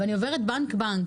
ואני עוברת בנק-בנק,